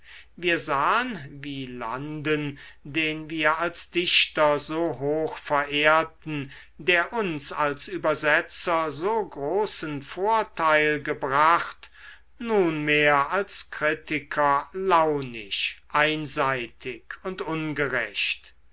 wir sahen wielanden den wir als dichter so hoch verehrten der uns als übersetzer so großen vorteil gebracht nunmehr als kritiker launisch einseitig und ungerecht